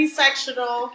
sectional